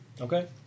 Okay